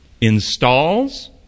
installs